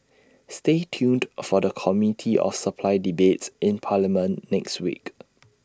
stay tuned for the committee of supply debates in parliament next week